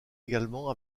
également